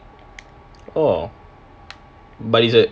orh but is your